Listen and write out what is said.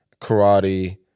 karate